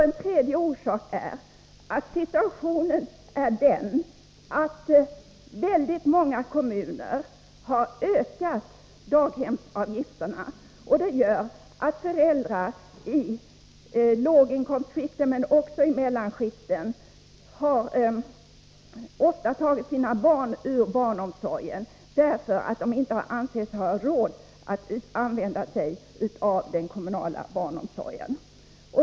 En tredje orsak är att väldigt många kommuner har ökat daghemsavgifterna, vilket gör att föräldrar i lågoch mellaninkomstskikten ofta har tagit sina barn ur den kommunala barnomsorgen — därför att de inte anser sig ha råd att använda den.